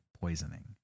poisoning